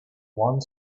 one